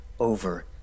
over